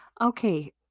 Okay